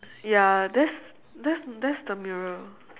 ya that's that's that's the mirror